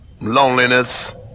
loneliness